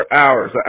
hours